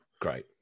Great